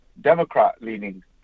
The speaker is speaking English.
Democrat-leaning